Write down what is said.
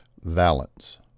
Valence